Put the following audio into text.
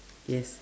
yes